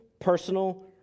personal